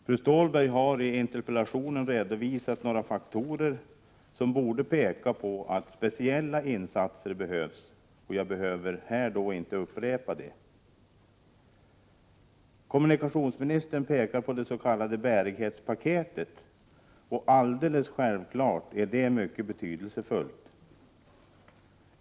Fru Stålberg har i interpellationen redovisat några faktorer som borde peka på speciella insatser, så jag behöver inte här upprepa dem. Kommunikationsministern pekar på det s.k. bärighetspaketet. Alldeles självklart är detta mycket betydelsefullt.